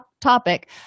topic